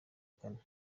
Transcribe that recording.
kane